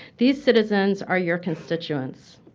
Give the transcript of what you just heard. these citizens are your constituents,